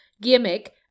gimmick